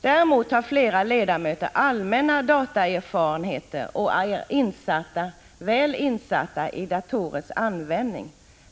Däremot har flera ledamöter allmänna dataerfarenheter och är väl insatta i datorers användning.